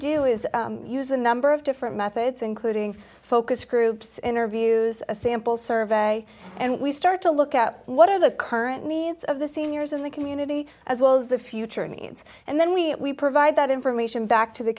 do is use a number of different methods including focus groups interviews a sample survey and we start to look at what are the current needs of the seniors in the community as well as the future needs and then we provide that information back to the